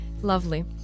lovely